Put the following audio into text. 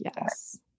Yes